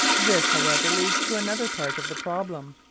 this, however, leads to another part of the problem.